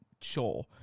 sure